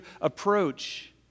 approach